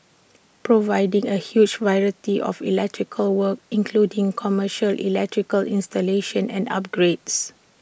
providing A huge variety of electrical work including commercial electrical installation and upgrades